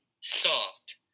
soft